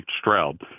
Stroud